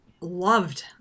loved